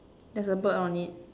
there's a bird on it